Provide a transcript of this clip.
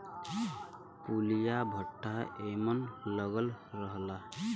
पुलिया पट्टा एमन लगल रहला